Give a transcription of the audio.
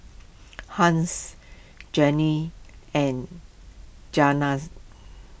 Hans Janine and